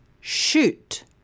shoot